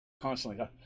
constantly